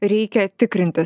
reikia tikrintis